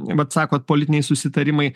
vat sakot politiniai susitarimai